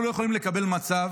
אנחנו לא יכולים לקבל מצב,